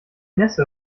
nässe